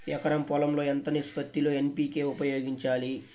ఎకరం పొలం లో ఎంత నిష్పత్తి లో ఎన్.పీ.కే ఉపయోగించాలి?